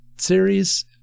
series